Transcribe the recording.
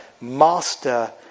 Master